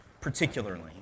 particularly